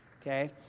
Okay